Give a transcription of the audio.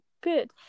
good